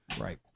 right